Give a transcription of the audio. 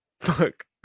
Fuck